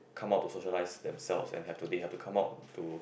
come out to socialise themselves and have to they have to come out to